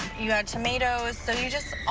you've got tomatoes. so you've